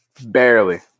Barely